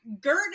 gert